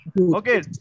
Okay